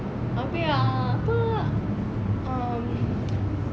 abeh ah apa um